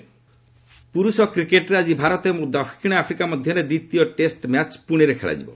cricket ପୁରୁଷ କ୍ରିକେଟରେ ଆଜି ଭାରତ ଏବଂ ଦକ୍ଷିଣ ଆଫ୍ରିକା ମଧ୍ୟରେ ଦ୍ୱିତୀୟ ଟେଷ୍ଟ ମ୍ୟାଚ ପୁଣେରେ ଖେଳାଯିବ